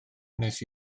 wnes